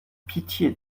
pitié